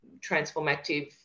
transformative